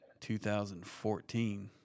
2014